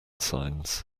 signs